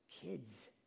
kids